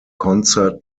concert